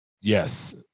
Yes